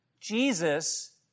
Jesus